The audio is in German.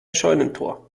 scheunentor